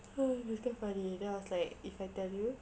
that's so funny then I was like if I tell you